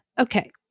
Okay